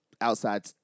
outside